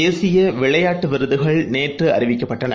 தேசியவிளையாட்டுவிருதுகள் நேற்றுஅறிவிக்கப்பட்டன